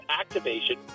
activation